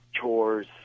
chores